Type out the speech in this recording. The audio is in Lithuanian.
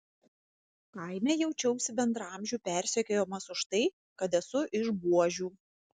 kaime jaučiausi bendraamžių persekiojamas už tai kad esu iš buožių